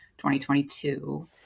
2022